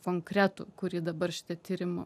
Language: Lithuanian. konkretų kurį dabar šitu tyrimu